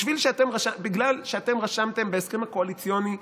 בגלל שאתם רשמתם בהסכם הקואליציוני,